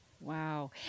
wow